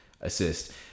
Assist